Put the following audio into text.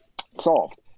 solved